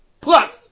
Plus